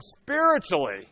spiritually